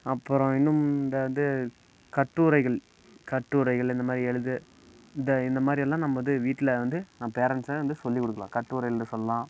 அப்புறம் இன்னும் இதை வந்து கட்டுரைகள் கட்டுரைகள் இந்த மாதிரி எழுத இந்த இந்த மாதிரி எல்லாம் நம்ம வந்து வீட்டில் வந்து நான் பேரண்ட்ஸ்ஸாக இருந்து சொல்லி கொடுக்கலாம் கட்டுரை எழுத சொல்லாம்